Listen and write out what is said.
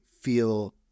feel